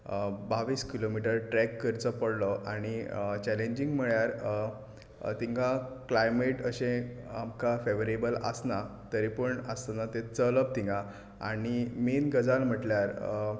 बावीस kilometre track करचो पडलो आनी चॅलेंजींग म्हळ्यार तिंगा क्लायमेट अशें आमकां फेवरेबल आसना तरी पूण आसतना तें चलप तिंगा आनी मैन गजाल म्हटल्यार